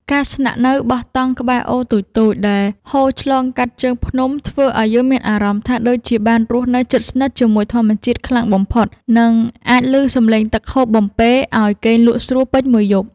ការស្នាក់នៅបោះតង់ក្បែរអូរតូចៗដែលហូរឆ្លងកាត់ជើងភ្នំធ្វើឱ្យយើងមានអារម្មណ៍ថាដូចជាបានរស់នៅជិតស្និទ្ធជាមួយធម្មជាតិខ្លាំងបំផុត និង អាចឮសំឡេងទឹកហូរបំពេរឱ្យគេងលក់ស្រួលពេញមួយយប់។